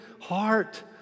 heart